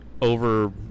over